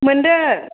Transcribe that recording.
मोन्दों